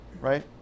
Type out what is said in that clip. right